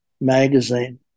Magazine